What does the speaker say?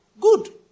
Good